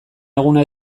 eguna